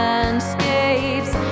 Landscapes